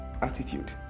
Attitude